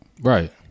Right